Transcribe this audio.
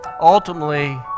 ultimately